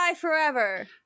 forever